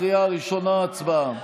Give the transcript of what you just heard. לוועדת החוקה,